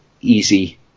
easy